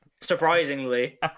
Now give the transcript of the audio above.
Surprisingly